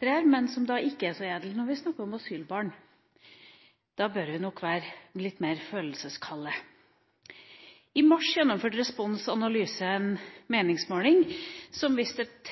opptrer, men som da ikke er så edel når vi snakker om asylbarn. Da bør vi nok være litt mer følelseskalde. I mars gjennomførte Respons Analyse en meningsmåling som viste at